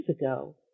ago